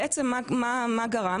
בעצם מה זה גרם?